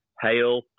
hail